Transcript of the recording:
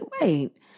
wait